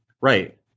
Right